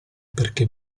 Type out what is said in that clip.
perché